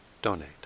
Donate